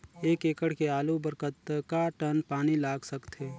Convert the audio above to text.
एक एकड़ के आलू बर कतका टन पानी लाग सकथे?